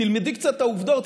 תלמדי קצת את העובדות,